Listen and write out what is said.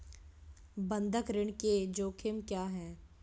बंधक ऋण के जोखिम क्या हैं?